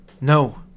No